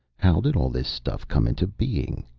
how did all this stuff come into being?